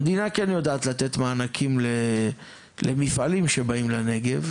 המדינה כן יודעת לתת מענקים למפעלים שבאים לנגב,